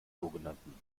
sogenannten